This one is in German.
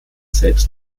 selbst